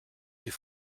sie